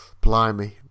Blimey